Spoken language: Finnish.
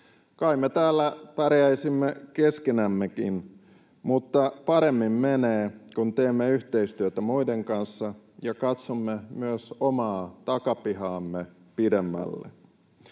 Kai me täällä pärjäisimme keskenämmekin, mutta paremmin menee, kun teemme yhteistyötä muiden kanssa ja katsomme myös omaa takapihaamme pidemmälle.